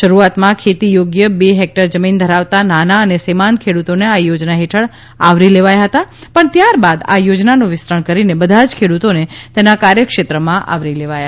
શરૂઆતમાં ખેતી યોગ્ય બે હેક્ટર જમીન ધરાવતા નાના અને સિમાંત ખેડુતોને આ યોજના હેઠળ આવરી લેવાયા હતા પણ ત્યારબાદ આ યોજનાનું વિસ્તરણ કરીને બધા જ ખેડૂતોને તેના કાર્યક્ષેત્રમાં આવરી લેવાયા છે